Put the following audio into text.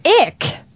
ick